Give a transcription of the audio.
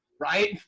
right?